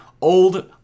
old